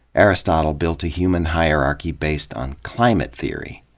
aristotle built a human hierarchy based on climate theory,